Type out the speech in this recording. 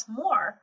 more